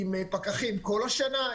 עם פקחים כל השנה,